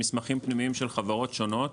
במסמכים פנימיים של חברות שונות,